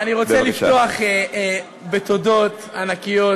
אני רוצה לפתוח בתודות ענקיות